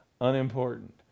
unimportant